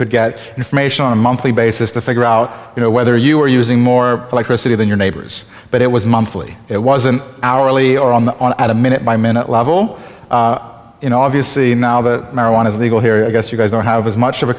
could get information on a monthly basis to figure out you know whether you are using more electricity than your neighbors but it was monthly it was an hourly or on the on at a minute by minute level you know obviously the marijuana is legal here i guess you guys don't have as much of a